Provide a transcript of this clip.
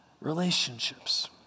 relationships